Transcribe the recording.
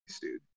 dude